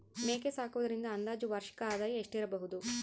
ಮೇಕೆ ಸಾಕುವುದರಿಂದ ಅಂದಾಜು ವಾರ್ಷಿಕ ಆದಾಯ ಎಷ್ಟಿರಬಹುದು?